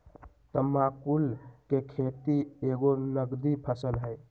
तमाकुल कें खेति एगो नगदी फसल हइ